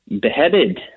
beheaded